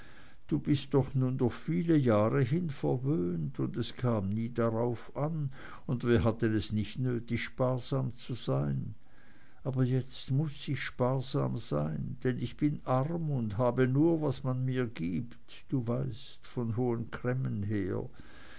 du bist doch nun durch viele jahre hin verwöhnt und es kam nie darauf an wir hatten es nicht nötig sparsam zu sein aber jetzt muß ich sparsam sein denn ich bin arm und habe nur was man mir gibt du weißt von hohen cremmen her